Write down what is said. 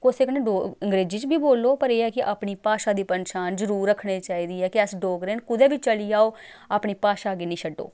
कुसै कन्नै डो अंग्रेजी च बी बोलो पर एह् ऐ कि अपनी भाशा दी पंछान जरूर रक्खनी चाहिदी ऐ कि अस डोगरे न कुदै बी चली जाओ अपनी भाशा गी निं छड्डो